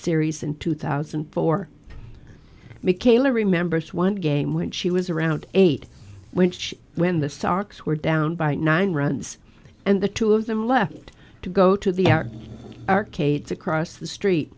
series in two thousand and four mckayla remembers one game when she was around eight which when the sox were down by nine runs and the two of them left to go to the arcades across the street